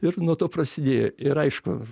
ir nuo to prasidėjo ir aišku